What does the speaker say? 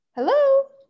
Hello